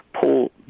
pull